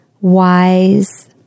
wise